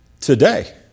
today